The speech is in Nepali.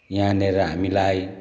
यहाँनेर हामीलाई